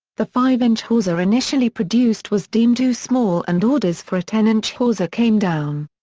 the five-inch hawser initially produced was deemed too small and orders for a ten-inch hawser came down.